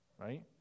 right